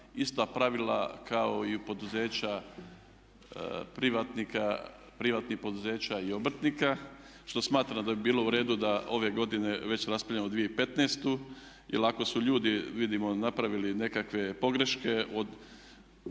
ista pravila kao i poduzeća privatnika, privatnih poduzeća i obrtnika. Što smatram da bi bilo u redu da ove godine već raspravljamo o 2015.. Jer ako su ljudi, vidimo, napravili nekakve pogreške od